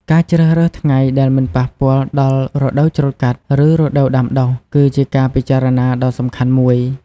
ការជ្រើសរើសថ្ងៃដែលមិនប៉ះពាល់ដល់រដូវច្រូតកាត់ ឬរដូវដាំដុះ គឺជាការពិចារណាដ៏សំខាន់មួយ។